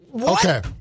Okay